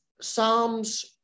Psalms